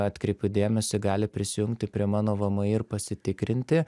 atkreipiu dėmesį gali prisijungti prie mano vmi ir pasitikrinti